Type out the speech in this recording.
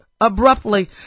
abruptly